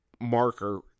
marker